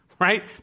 Right